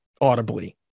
audibly